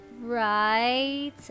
Right